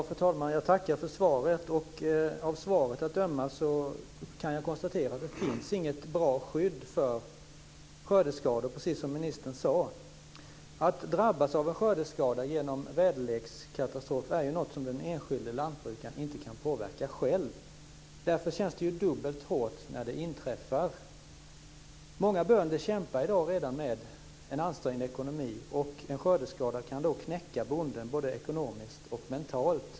Fru talman! Jag tackar för svaret. Av svaret att döma kan jag konstatera att det finns inte något bra skydd för skördeskador. Det är vad ministern sade. Att drabbas av en skördeskada på grund av väderleken är något som den enskilde lantbrukaren inte kan påverka själv. Därför känns det dubbelt hårt när det inträffar. Många bönder kämpar redan i dag med en ansträngd ekonomi. En skördeskada kan då knäcka bonden både ekonomiskt och mentalt.